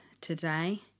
today